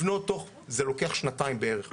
זה לוקח שנתיים בערך,